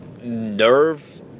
nerve